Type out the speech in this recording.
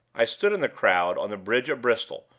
i stood in the crowd on the bridge at bristol,